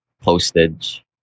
postage